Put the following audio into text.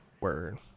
Word